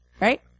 right